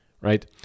right